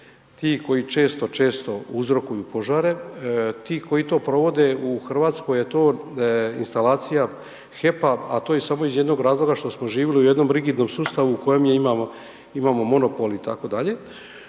ti koji često, često uzrokuju požare, ti koji to provode u Hrvatskoj je to instalacija HEP-a, a to iz samo jednog razloga što smo živjeli u jednom rigidnom sustavu u kojem imamo monopol itd., a